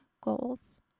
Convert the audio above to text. goals